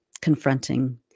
confronting